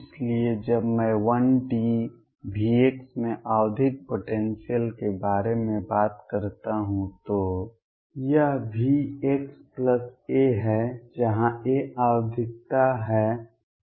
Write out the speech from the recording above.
इसलिए जब मैं 1D V में आवधिक पोटेंसियल के बारे में बात करता हूं तो यह Vxa है जहां a आवधिकता है